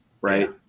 right